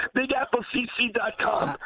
bigapplecc.com